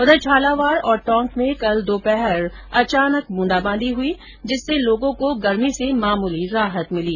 उधर झालावाड और टोंक में कल दोपहर अचानक ब्रंदाबादी हुई जिससे लोगों को गर्मी से मामूली राहत मिली